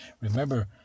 remember